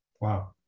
Wow